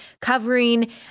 covering